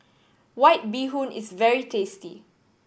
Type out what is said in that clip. White Bee Hoon is very tasty